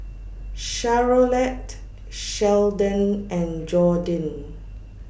Charolette Seldon and Jordyn